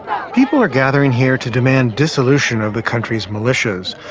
people are gathering here to demand dissolution of the country's militias.